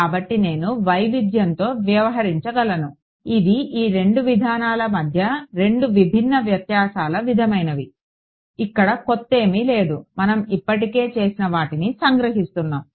కాబట్టి నేను వైవిధ్యంతో వ్యవహరించగలను ఇవి ఈ రెండు విధానాల మధ్య రెండు విభిన్న వ్యత్యాసాల విధమైనవి ఇక్కడ కొత్తేమీ లేదు మనం ఇప్పటికే చేసిన వాటిని సంగ్రహిస్తున్నాము